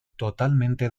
totalmente